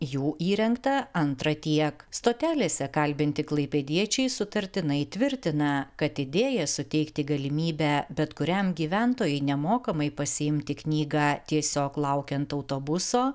jų įrengta antra tiek stotelėse kalbinti klaipėdiečiai sutartinai tvirtina kad idėja suteikti galimybę bet kuriam gyventojui nemokamai pasiimti knygą tiesiog laukiant autobuso